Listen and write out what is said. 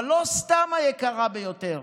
אבל לא סתם היקרה ביותר.